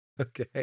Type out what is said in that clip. Okay